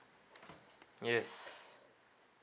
yes